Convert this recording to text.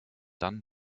dann